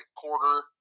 quarter